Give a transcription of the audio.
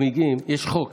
יש חוק,